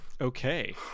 Okay